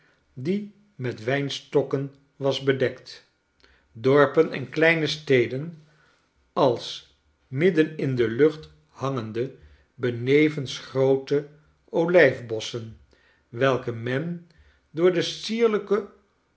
die met wynstokken was bedekt dorpen en kleine steden als midden in de lucht hangende benevens groote olijfbosschen welke men door de